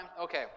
Okay